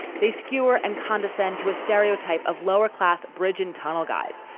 they skewer and condescend to a stereotype of lower class bridge and tunnel guys,